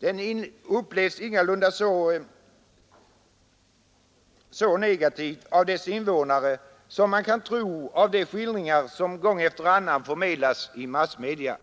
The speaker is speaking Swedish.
Den upplevs ingalunda så negativt av invånarna som man kan tro av de skildringar som gång efter annan förmedlas av massmedia.